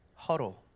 huddle